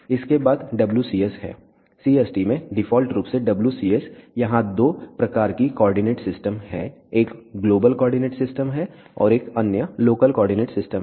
इसके बाद WCS है CST में डिफ़ॉल्ट रूप से WCS यहां दो प्रकार की कोऑर्डिनेट सिस्टम है एक ग्लोबल कोऑर्डिनेट सिस्टम है एक अन्य लोकल कोऑर्डिनेट सिस्टम है